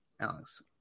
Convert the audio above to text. Alex